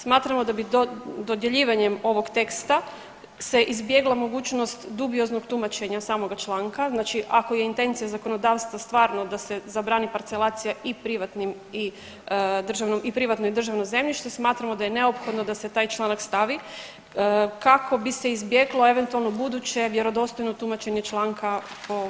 Smatramo da bi dodjeljivanjem ovog teksta se izbjegla mogućnost dubioznog tumačenja samoga članka, znači ako je intencija zakonodavstva stvarno da se zabrani parcelacija i privatnim i državnom, i privatno i državno zemljište, smatramo da je neophodno da se taj članak stavi kako bi se izbjeglo eventualno buduće vjerodostojno tumačenje članka o ovom Zakonu.